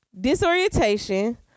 disorientation